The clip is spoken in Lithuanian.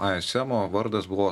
aiesemo vardas buvo